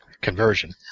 conversion